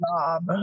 job